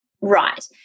Right